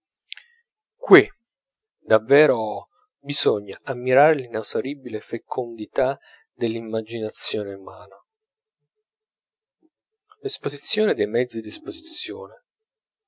qui davvero bisogna ammirare l'inesauribile fecondità dell'immaginazione umana l'esposizione dei mezzi d'esposizione